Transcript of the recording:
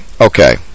okay